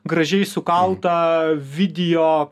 gražiai sukaltą video